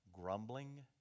grumbling